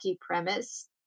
premise